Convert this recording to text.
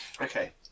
Okay